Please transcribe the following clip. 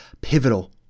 pivotal